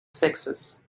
sexes